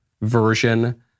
version